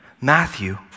Matthew